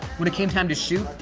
when it came time to shoot,